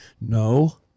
no